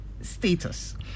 Status